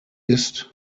ist